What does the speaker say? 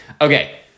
Okay